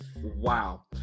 Wow